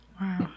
Wow